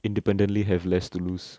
independently have less to lose